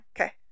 Okay